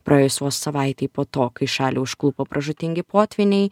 praėjus vos savaitei po to kai šalį užklupo pražūtingi potvyniai